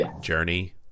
journey